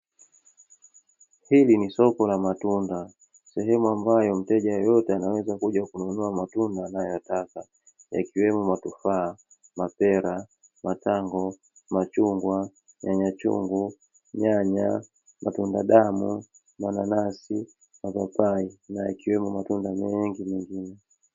Hili nisoko la matunda sehemu ambayo, mteja yoyote anaweza kuja kununa matunda anayotaka yakiwemo matofaa, mapera, matango, machungwa, nyanyachungu, nyanya matunda damu, mananasi, mapapai na yakiwemo matunda mengi mengine.